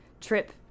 trip